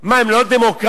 מה, הם לא דמוקרטים?